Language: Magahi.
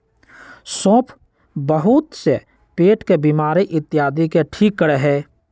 सौंफ बहुत से पेट के बीमारी इत्यादि के ठीक करा हई